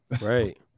Right